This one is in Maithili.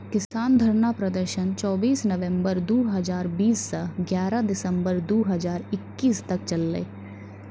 किसान धरना प्रदर्शन चौबीस नवंबर दु हजार बीस स ग्यारह दिसंबर दू हजार इक्कीस तक चललै